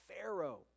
Pharaoh